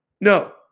No